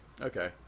Okay